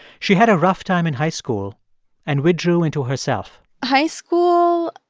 she had a rough time in high school and withdrew into herself high school,